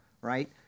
right